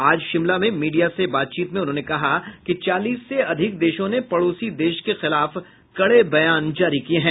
आज शिमला में मीडिया से बातचीत में उन्होंने कहा कि चालीस से अधिक देशों ने पड़ोसी देश के खिलाफ कड़े बयान जारी किये हैं